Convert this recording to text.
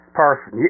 person